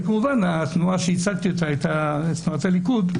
כמובן, התנועה שייצגתי, תנועת הליכוד,